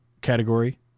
category